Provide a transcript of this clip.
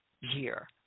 year